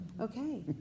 Okay